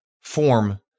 form